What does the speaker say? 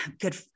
good